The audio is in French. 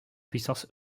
puissances